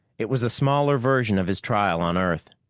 it was a smaller version of his trial on earth.